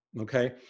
Okay